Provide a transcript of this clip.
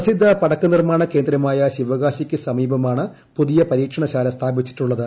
പ്രസിദ്ധ പടക്കനിർമ്മാണ കേന്ദ്രമായ ശിവകാശിക്ക് സമീപമാണ് പുതിയ പരീക്ഷണ ശാല സ്ഥാപിച്ചിട്ടുള്ളത്